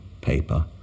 paper